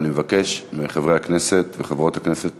אני מבקש מחברי הכנסת וחברות הכנסת